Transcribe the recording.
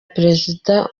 perezida